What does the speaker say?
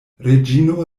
reĝino